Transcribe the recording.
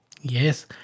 Yes